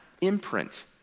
imprint